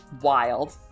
Wild